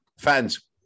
Fans